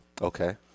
Okay